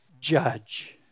judge